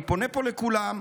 אני פונה פה לכולם,